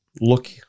look